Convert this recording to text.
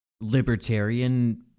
libertarian